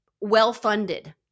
well-funded